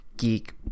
geek